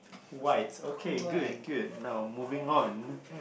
white okay good good now moving on